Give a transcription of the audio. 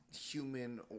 human